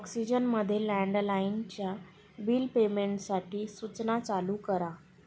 ऑक्सिजनमध्ये लँडलाईनच्या बिल पेमेंटसाठी सूचना चालू करा